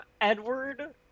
Edward